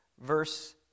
verse